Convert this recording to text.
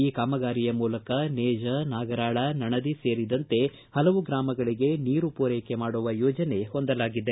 ಈ ಕಾಮಗಾರಿಯ ಮೂಲಕ ನೇಜ ನಾಗರಾಳ ನಣದಿ ಸೇರಿದಂತೆ ಹಲವು ಗ್ರಾಮಗಳಗೆ ನೀರು ಪೂರೈಕೆ ಮಾಡುವ ಯೋಜನೆ ಹೊಂದಲಾಗಿದೆ